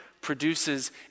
produces